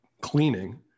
cleaning